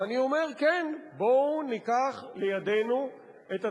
ואני אומר: כן, בואו ניקח לידינו את התפקיד,